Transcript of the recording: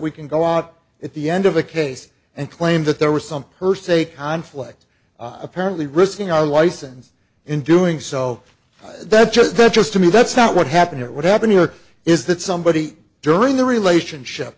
we can go out at the end of the case and claim that there was some per se conflict apparently risking our license in doing so that's just that's just to me that's not what happened here what happened here is that somebody during the relationship